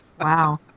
Wow